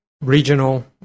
regional